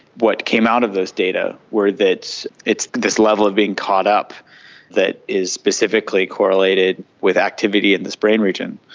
what came out of those data were that it's this level of being caught up that is specifically correlated with activity in this brain region.